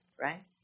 right